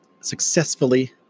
successfully